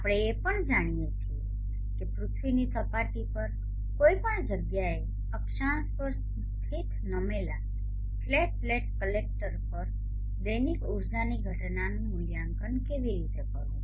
આપણે એ પણ જાણીએ છીએ કે પૃથ્વીની સપાટી પર કોઈપણ જગ્યાએ અક્ષાંશ પર સ્થિત નમેલા ફ્લેટ પ્લેટ કલેક્ટર પર દૈનિક ઉર્જાની ઘટનાનું મૂલ્યાંકન કેવી રીતે કરવું